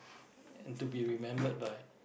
and to be remembered by